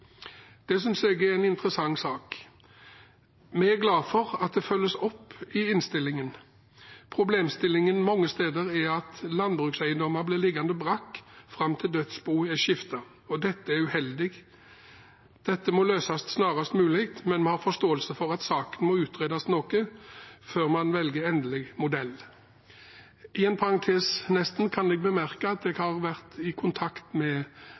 Det synes jeg er en interessant sak. Vi er glad for at det følges opp i innstillingen. Problemstillingen mange steder er at landbrukseiendommer blir liggende brakk fram til dødsboet er skiftet. Dette er uheldig. Dette må løses snarest mulig, men vi har forståelse for at saken må utredes noe før man velger endelig modell. I parentes kan jeg bemerke at jeg har vært i kontakt med